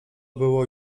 było